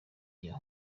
yaha